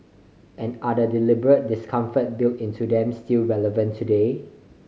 and are the deliberate discomfort built into them still relevant today